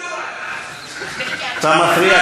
גרועה, אז פשוט, אנחנו נחליק הפעם.